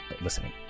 listening